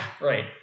right